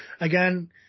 again